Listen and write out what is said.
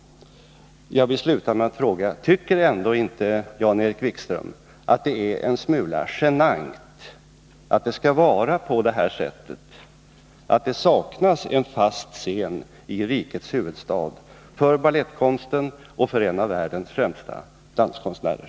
Jag vill sluta med att fråga: Tycker ändå inte Jan-Erik Wikström att det är en smula genant att det skall vara på det här sättet, att det saknas en fast scen i rikets huvudstad för balettkonsten och för en av världens främsta danskonstnärer?